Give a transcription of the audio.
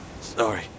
Sorry